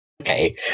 okay